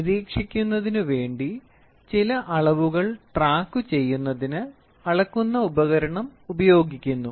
നിരീക്ഷിക്കുന്നതിന് വേണ്ടി ചില അളവുകൾ ട്രാക്കുചെയ്യുന്നതിന് അളക്കുന്ന ഉപകരണം ഉപയോഗിക്കുന്നു